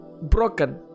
broken